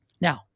Now